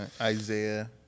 Isaiah